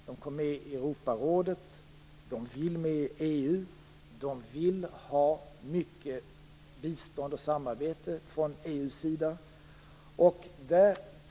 De kom med i Europarådet, de vill med i EU, och de vill ha mycket bistånd och samarbete från EU:s sida.